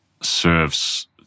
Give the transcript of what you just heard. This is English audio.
serves